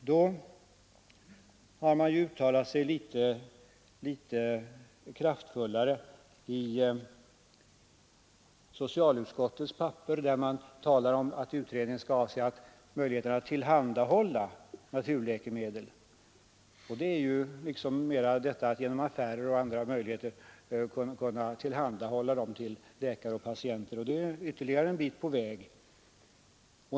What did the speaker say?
Då har man uttalat sig litet kraftfullare i socialutskottets handlingar, där man talar om att utredningen skall avse möjligheten att tillhandahålla naturläkemedel. Det avser mera att man genom affärer och på annat sätt skall kunna tillhandahålla läkare och patienter dessa medel, och det är ytterligare ett steg på vägen.